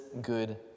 good